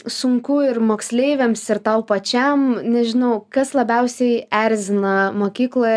sunku ir moksleiviams ir tau pačiam nežinau kas labiausiai erzina mokykloj